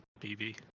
BB